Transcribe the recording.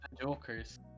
jokers